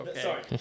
sorry